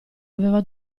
aveva